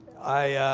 i